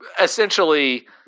essentially